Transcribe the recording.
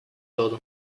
todo